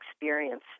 experience